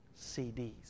CDs